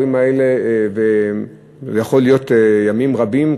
להורים האלה זה יכול להיות ימים רבים,